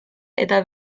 eta